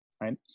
right